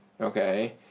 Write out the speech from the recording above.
okay